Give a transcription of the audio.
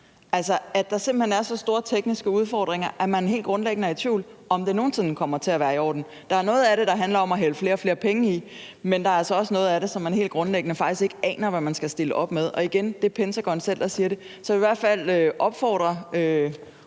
altså at der simpelt hen er så store tekniske udfordringer, at man helt grundlæggende er i tvivl om, om det nogen sinde kommer til at være i orden. Der er noget af det, der handler om at hælde flere og flere penge i det, men der er altså også noget af det, som man faktisk helt grundlæggende ikke aner hvad man skal stille op med. Og igen: Det er Pentagon selv, der siger det. Så jeg vil i hvert fald opfordre